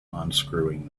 unscrewing